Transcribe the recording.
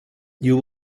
you